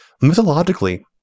mythologically